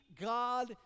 God